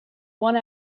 one